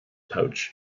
pouch